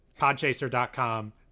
Podchaser.com